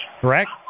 correct